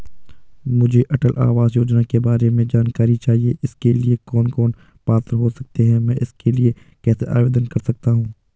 मुझे अटल आवास योजना के बारे में जानकारी चाहिए इसके लिए कौन कौन पात्र हो सकते हैं मैं इसके लिए कैसे आवेदन कर सकता हूँ?